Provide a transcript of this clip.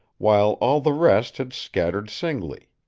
while all the rest had scattered singly.